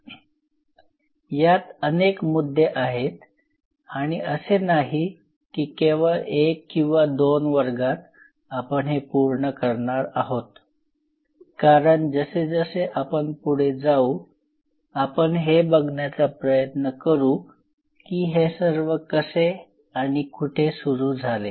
यात अनेक मुद्दे आहेत आणि असे नाही की केवळ 1 किंवा 2 वर्गात आपण हे पूर्ण करणार आहोत कारण जसे जसे आपण पुढे जाऊ आपण हे बघण्याचा प्रयत्न करू की हे सर्व कसे आणि कुठे सुरू झाले